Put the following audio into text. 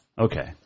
Okay